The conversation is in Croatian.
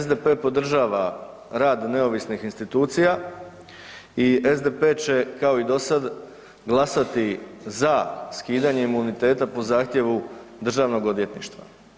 SDP podržava rad neovisnih institucija i SDP će kao i dosad glasati za skidanje imuniteta po zahtjevu Državnog odvjetništva.